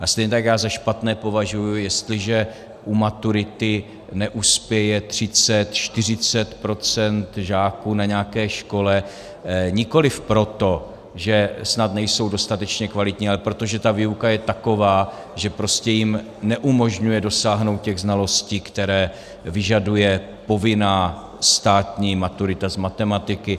A stejně tak já za špatné považuji, jestliže u maturity neuspěje 30, 40 % žáků na nějaké škole nikoliv proto, že snad nejsou dostatečné kvalitní, ale protože ta výuka je taková, že jim neumožňuje dosáhnout těch znalostí, které vyžaduje povinná státní maturita z matematiky.